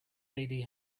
lady